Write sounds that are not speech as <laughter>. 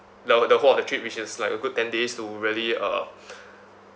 the the whole of the trip which is like a good ten days to really uh <breath>